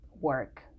work